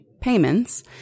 payments